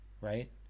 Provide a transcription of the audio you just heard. right